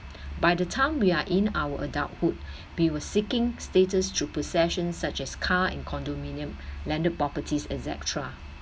by the time we are in our adulthood we'll seeking status through possession such as car and condominium landed properties et cetera